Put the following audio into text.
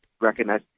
recognize